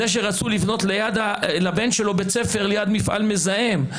זה שרצו לבנות בית ספר ליד מפעל מזהם,